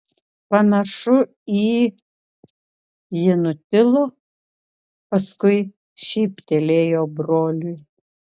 panašu į ji nutilo paskui šyptelėjo broliui